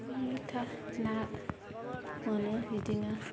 ना मोनो बिदिनो